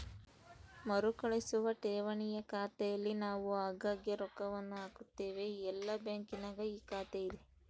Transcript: ಮರುಕಳಿಸುವ ಠೇವಣಿಯ ಖಾತೆಯಲ್ಲಿ ನಾವು ಆಗಾಗ್ಗೆ ರೊಕ್ಕವನ್ನು ಹಾಕುತ್ತೇವೆ, ಎಲ್ಲ ಬ್ಯಾಂಕಿನಗ ಈ ಖಾತೆಯಿದೆ